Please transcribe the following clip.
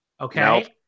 okay